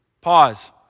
Pause